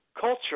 culture